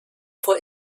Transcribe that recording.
vor